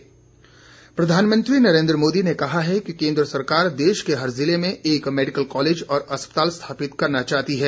प्रधानमंत्री प्रधानमंत्री नरेंद्र मोदी ने कहा है कि केंद्र सरकार देश के हर जिले में एक मेडिकल कॉलेज और अस्पताल स्थापित करना चाहती है